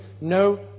no